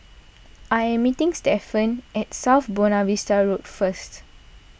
I am meeting Stefan at South Buona Vista Road first